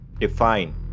define